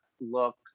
look